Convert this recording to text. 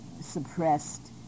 suppressed